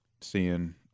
seeing